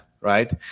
Right